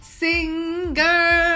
singer